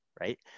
right